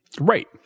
right